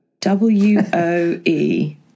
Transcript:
w-o-e